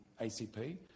ACP